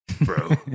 bro